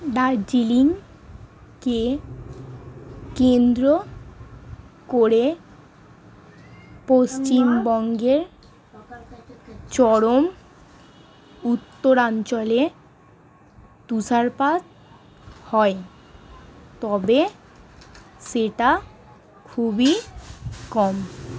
দার্জিলিংকে কেন্দ্র করে পশ্চিমবঙ্গের চরম উত্তরাঞ্চলে তুষারপাত হয় তবে সেটা খুবই কম